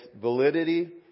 validity